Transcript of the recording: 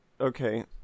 okay